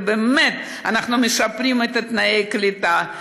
ובאמת אנחנו משפרים את תנאי הקליטה,